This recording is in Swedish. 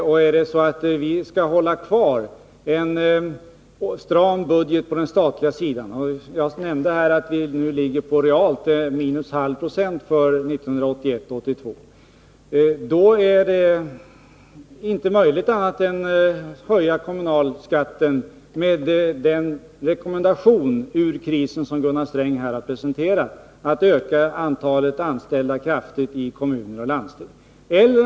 Och skall vi hålla fast vid en stram budget på den statliga sidan — jag nämnde att vi nu realt ligger på minus 0,5 90 för 1981/82 — och samtidigt följa Gunnar Strängs rekommendation när det gäller att lösa krisen, nämligen att kraftigt öka antalet anställda i kommuner och landsting, då är det inte möjligt att göra annat än att höja kommunalskatten.